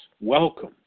welcome